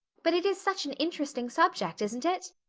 but it is such an interesting subject, isn't it?